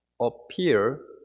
appear